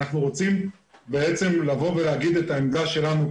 אנחנו רוצים להגיד את העמדה שלנו,